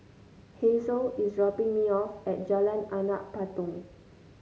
Hasel is dropping me off at Jalan Anak Patong